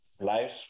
Life